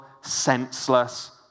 senseless